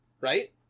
right